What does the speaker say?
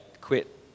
quit